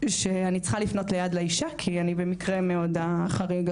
שאני צריכה לפנות ליד לאישה כי אני במקרה מאוד חריג.